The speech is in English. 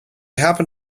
happen